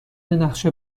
نقشه